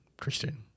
Christian